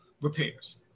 repairs